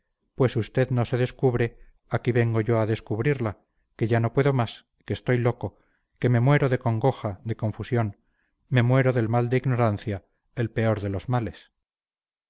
pues usted no se descubre aquí vengo yo a descubrirla que ya no puedo más que estoy loco que me muero de congoja de confusión me muero del mal de ignorancia el peor de los males